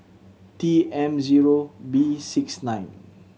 T M zero B six nine